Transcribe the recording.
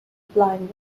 blinded